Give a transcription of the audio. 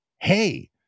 Hey